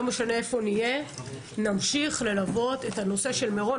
לא משנה איפה נהיה נמשיך ללוות את נושא מירון.